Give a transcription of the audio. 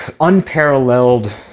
unparalleled